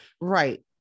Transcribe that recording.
Right